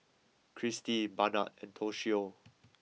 Kirstie Barnard and Toshio